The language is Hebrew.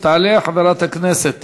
תעלה חברת הכנסת